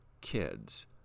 kids